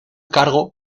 cargo